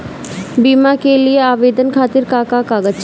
बीमा के लिए आवेदन खातिर का का कागज चाहि?